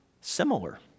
similar